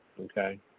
Okay